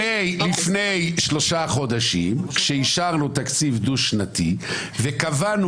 לפני שלושה חודשים עת אישרנו תקציב דו שנתי וקבענו